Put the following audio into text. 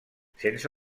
sense